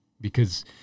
because-